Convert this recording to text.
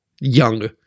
young